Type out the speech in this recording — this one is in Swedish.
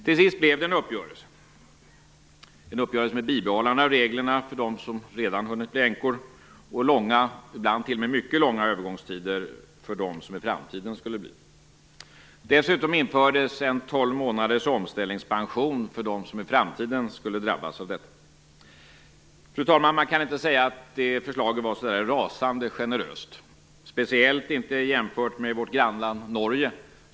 Till sist blev det en uppgörelse - en uppgörelse med bibehållande av reglerna för dem som redan hade hunnit bli änkor och långa, ibland t.o.m. mycket långa övergångstider för dem som i framtiden skulle bli det. Dessutom infördes en tolv månaders omställningspension för dem som i framtiden skulle drabbas av detta. Fru talman! Man kan inte säga att det förslaget var så där rasande generöst, speciellt inte i jämförelse med vårt grannland Norge.